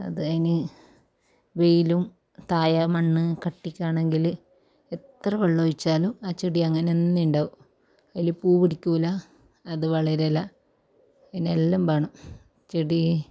അത് അതിന് വെയിലും താഴെ മണ്ണ് കട്ടിക്കാണെങ്കിൽ എത്ര വെള്ളം ഒഴിച്ചാലും ആ ചെടി അങ്ങനെ തന്നെ ഉണ്ടാവും അതിൽ പൂ പിടിക്കില്ല അത് വളരില്ല പിന്നെയും എല്ലാം വേണം ചെടി